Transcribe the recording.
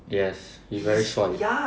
yes he's very 帅